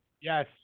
Yes